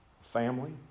Family